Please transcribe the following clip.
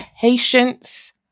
patience